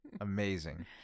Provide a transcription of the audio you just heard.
Amazing